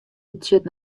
betsjut